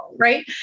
Right